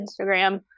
Instagram